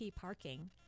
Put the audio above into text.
parking